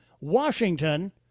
Washington